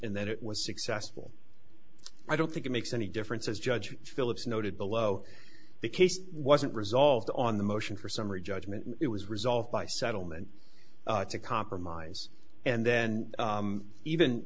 and that it was successful i don't think it makes any difference as judge phillips noted below the case wasn't resolved on the motion for summary judgment and it was resolved by settlement to compromise and then even